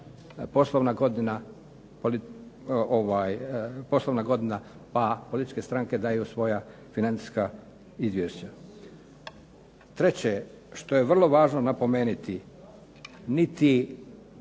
poslovna godina pa političke stranke daju svoja financijska izvješća. Treće, što je vrlo važno napomenuti, niti